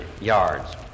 yards